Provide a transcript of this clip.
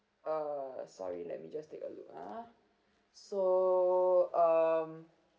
uh sorry let me just take a look ah so um